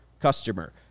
customer